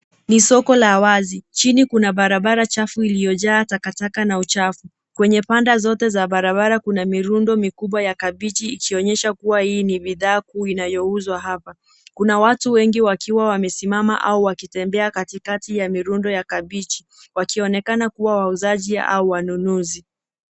Ni soko la wazi. Chini kuna barabara chafu iliyojaa takataka na uchafu. Kwenye panda zote za barabara kuna mirundo mikubwa ya kabichi ikionyesha kuwa hii ni bidhaa kuu inayouzwa hapa. Kuna wengi wakiwa wamesimama au wakitembea katikati ya mirundo ya kabichi wakionekana kuwa wauzaji au wanunuzi.